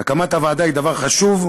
הקמת הוועדה היא דבר חשוב,